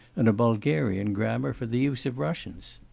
and a bulgarian grammar for the use of russians.